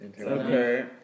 Okay